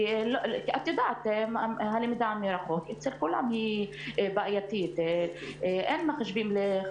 הלמידה מרחוק היא בעייתית אצל כולם,